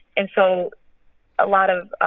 and so a lot of,